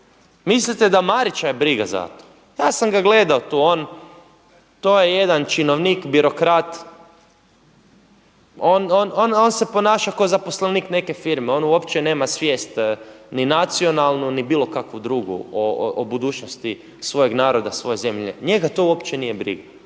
Mislite da Marića je briga za to? Ja sam ga gledao tu, on, to je jedan činovnik birokrat, on se ponaša kao zaposlenik neke firme, on uopće nema svijest ni nacionalnu ni bilo kakvu drugu o budućnosti svojeg naroda, svoje zemlje. Njega to uopće nije briga.